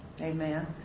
Amen